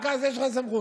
רק לזה יש לך סמכות.